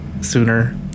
sooner